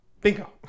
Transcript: Bingo